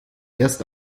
erst